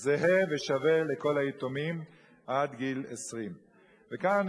זהה ושווה לכל היתומים עד גיל 20. כאן אני